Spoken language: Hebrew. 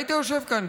היית יושב כאן,